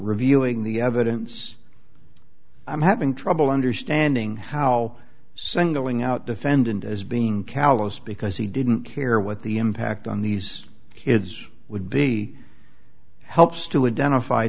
revealing the evidence i'm having trouble understanding how singling out defendant as being callous because he didn't care what the impact on these kids would be helps to ident